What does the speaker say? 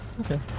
Okay